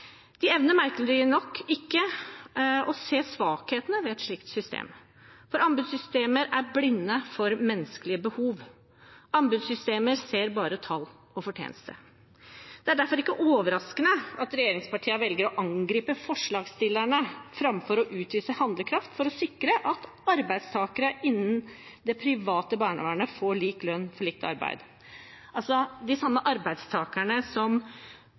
De evner merkelig nok ikke å se svakhetene ved et slikt system. For anbudssystemer er blinde for menneskelige behov. Anbudssystemer ser bare tall og fortjeneste. Det er derfor ikke overraskende at regjeringspartiene velger å angripe forslagsstillerne framfor å utvise handlekraft for å sikre at arbeidstakere innen det private barnevernet får lik lønn for likt arbeid. Dette er de samme arbeidstakerne som